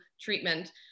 treatment